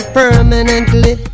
permanently